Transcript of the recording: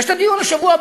יש דיון השבוע,